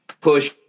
push